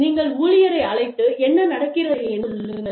நீங்கள் ஊழியரை அழைத்து என்ன நடக்கிறது என்று சொல்லுங்கள்